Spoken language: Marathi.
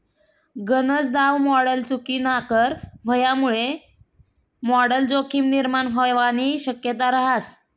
गनज दाव मॉडल चुकीनाकर व्हवामुये मॉडल जोखीम निर्माण व्हवानी शक्यता रहास